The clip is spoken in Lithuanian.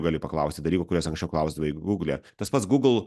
gali paklausti dalykų kuriuos anksčiau klausdavai google tas pats google